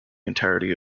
entirety